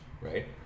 right